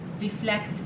reflect